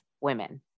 women